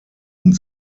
und